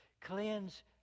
Cleanse